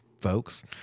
folks